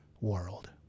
world